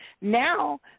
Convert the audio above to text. Now